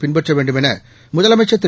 பின்பற்ற வேண்டும் என முதலமைச்சர் திரு